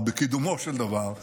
או בקידומו של דבר,